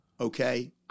Okay